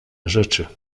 rzeczy